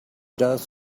dust